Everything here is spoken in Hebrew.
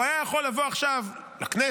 הוא היה יכול לבוא עכשיו לכנסת,